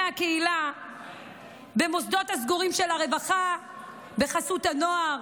הקהילה במוסדות הסגורים של הרווחה ובחסות הנוער,